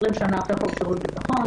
20 שנים אחרי חוק שירות הביטחון,